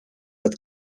het